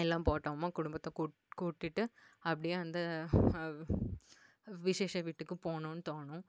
எல்லாம் போட்டோமா குடும்பத்தை கூட் கூட்டிட்டு அப்படியே அந்த விசேஷ வீட்டுக்கு போகணுன்னு தோணும்